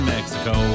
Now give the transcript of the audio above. Mexico